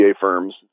firms